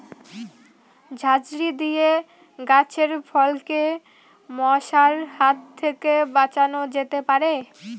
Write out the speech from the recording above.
ঝাঁঝরি দিয়ে গাছের ফলকে মশার হাত থেকে বাঁচানো যেতে পারে?